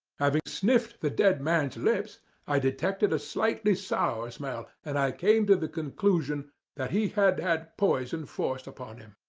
having sniffed the dead man's lips i detected a slightly sour smell, and i came to the conclusion that he had had poison forced upon him.